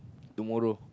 tomorrow